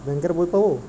Bank এর বই পাবো?